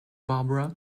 barbara